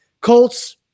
Colts